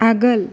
आगोल